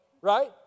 right